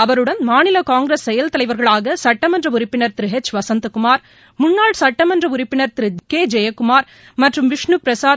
அவருடன் மாநில காங்கிரஸ் செயல் தலைவர்களாக சட்டமன்ற உறுப்பினர் திரு எச் வசந்தகுமார் முன்னாள் சட்டமன்ற உறுப்பினர் திரு கே ஜெயக்குமார் மற்றும் விஷ்னு பிரசாத்